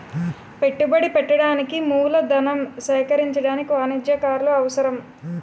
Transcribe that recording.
పెట్టుబడి పెట్టడానికి మూలధనం సేకరించడానికి వాణిజ్యకారులు అవసరం